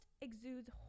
exudes